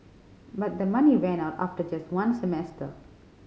but the money ran out after just one semester